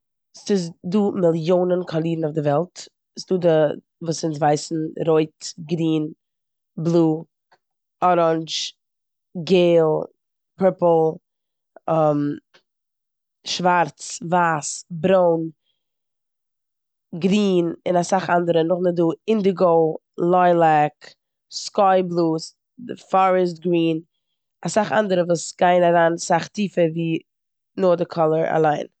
ס'דא מיליאנען קאלירן אויף די וועלט. ס'דא די וואס אונז ווייסן, רויט, גרין, בלוי, אראנדש, געל, פורפל, שווארץ, ווייס, ברוין, גרין, און אסאך אנדערע. נאכדעם איז דא אינדיגא, לילאק, סקיי בלו, פארעסט גרין, אסאך אנדערע וואס גייען אריין סאך טיפער ווי נאר די קאליר אליין.